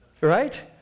Right